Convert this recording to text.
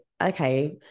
okay